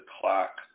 clock